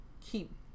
keep